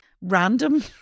random